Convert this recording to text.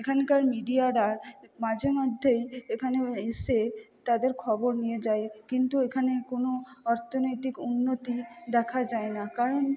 এখানকার মিডিয়ারা মাঝেমধ্যেই এখানে এসে তাদের খবর নিয়ে যায় কিন্তু এখানে কোনো অর্থনৈতিক উন্নতি দেখা যায় না কারণ